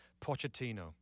Pochettino